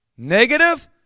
Negative